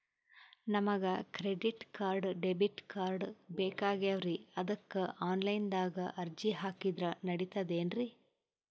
ನಮಗ credit card, debit card ಬೇಕಾಗ್ಯಾವ್ರೀ ಅದಕ್ಕ ಆನಲೈನದಾಗ ಅರ್ಜಿ ಹಾಕಿದ್ರ ನಡಿತದೇನ್ರಿ?